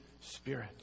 Spirit